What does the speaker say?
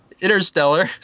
Interstellar